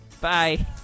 Bye